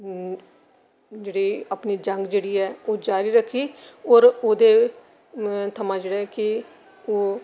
जेह्ड़ी ऐ अपनी जंग जेह्ड़ी ऐ ओह् जारी रक्खी और ओह्दे थमां जेह्ड़ा कि ओह्